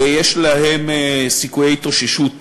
ויש להם סיכויי התאוששות סבירים,